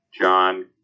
John